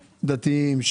דתיים,